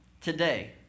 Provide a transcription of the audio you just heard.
Today